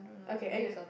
okay end here